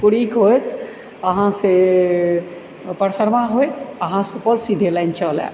पुरिक होइत आहाँ से परसरमा होइत आहाँ सुपौल सीधे लाइन चल आयब